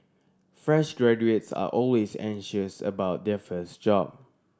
fresh graduates are always anxious about their first job